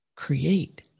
create